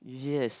yes